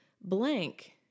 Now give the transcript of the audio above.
blank